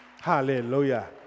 Hallelujah